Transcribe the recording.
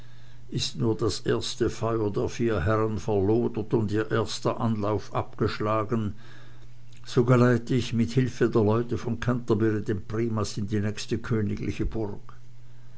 ist nur das erste feuer der vier herren verlodert und ihr erster anlauf abgeschlagen so geleite ich mit hilfe der leute von canterbury den primas in die nächste königliche burg